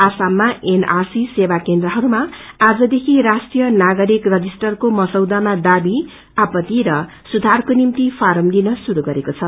आसाममा एनआरसी सेवा केन्द्रहरूमा आज देखि राष्ट्रिय नागरिक रजिष्टरको मसौदामा दावी आपत्ति सुधारको निम्ति फारम दिन शुरू गरेको छ